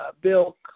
Bill